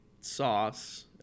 sauce